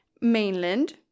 mainland